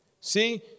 See